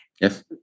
Yes